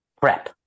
prep